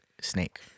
snake